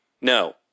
No